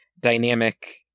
dynamic